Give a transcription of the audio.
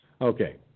Okay